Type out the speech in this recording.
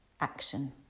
action